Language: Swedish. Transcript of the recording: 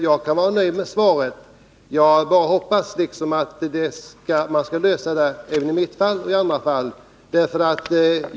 Jag är nöjd med svaret; jag hoppas bara att problemet skall lösas både i att garantera al mitt fall och i andra.